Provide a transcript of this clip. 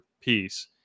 piece